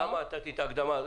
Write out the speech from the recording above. נתתי את ההקדמה הזאת